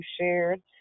shared